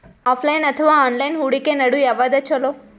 Offline ಅಥವಾ online ಹೂಡಿಕೆ ನಡು ಯವಾದ ಛೊಲೊ?